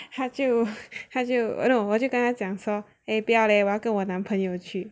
他就他就 eh no 我就跟他讲说 eh 不要 leh 我要跟我的男朋友去